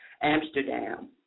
Amsterdam